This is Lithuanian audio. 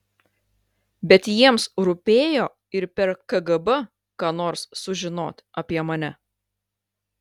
bet jiems rūpėjo ir per kgb ką nors sužinot apie mane